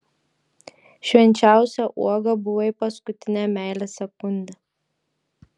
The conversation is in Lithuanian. švenčiausia uoga buvai paskutinę meilės sekundę